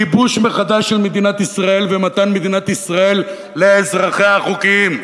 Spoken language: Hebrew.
כיבוש מחדש של מדינת ישראל ומתן מדינת ישראל לאזרחיה החוקיים,